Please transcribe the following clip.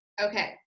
okay